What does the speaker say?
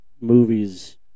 movies